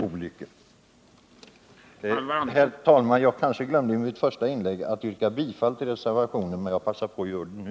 Herr talman! Jag kanske glömde i mitt första inlägg att yrka bifall till reservationen, så jag passar på att göra det nu.